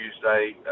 Tuesday